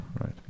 right